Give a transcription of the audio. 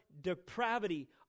depravity